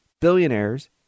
billionaires